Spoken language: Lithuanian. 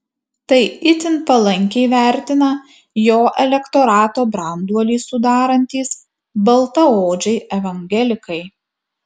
tai itin palankiai vertina jo elektorato branduolį sudarantys baltaodžiai evangelikai